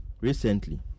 recently